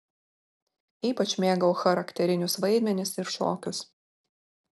ypač mėgau charakterinius vaidmenis ir šokius